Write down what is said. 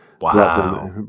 Wow